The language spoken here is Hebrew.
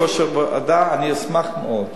אני אשמח מאוד,